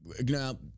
Now